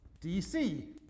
DC